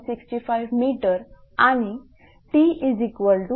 65 m आणि T5764